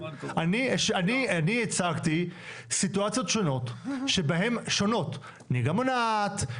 אני הצגתי סיטואציות שונות: נהיגה מונעת,